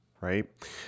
right